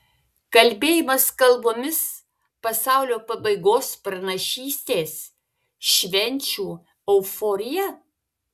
kalbėjimas kalbomis pasaulio pabaigos pranašystės švenčių euforija